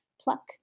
pluck